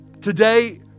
Today